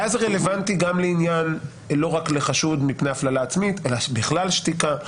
אז זה רלוונטי לא רק לחשוד מפני הפללה עצמית אלא בכלל שתיקה.